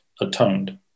atoned